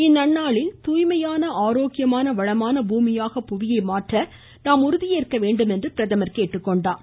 இந்நன்னாளில் தூய்மையான ஆரோக்கியமான வளமான பூமியாக புவியை மாற்ற நாம் உறுதியேற்க வேண்டும் என கேட்டுக்கொண்டார்